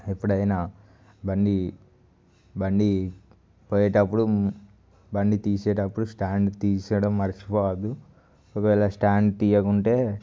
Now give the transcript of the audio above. ఎప్పుడైనా బండి బండి పోయేటప్పుడు బండి తీసేటప్పుడు స్టాండ్ తీయడం మర్చిపోవద్దు ఒకవేళ స్టాండ్ తీయకుంటే